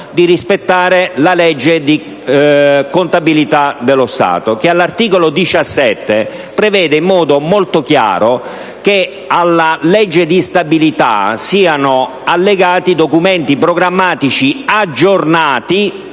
di rispettare la legge di contabilità dello Stato, che, all'articolo 17, prevede in modo molto chiaro che alla legge di stabilità siano allegati i documenti programmatici aggiornati